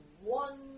one